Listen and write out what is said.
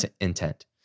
intent